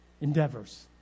endeavors